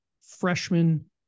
freshman